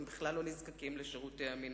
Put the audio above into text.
הם בכלל לא נזקקים לשירותי המינהל,